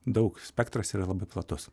daug spektras yra labai platus